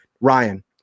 Ryan